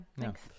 Thanks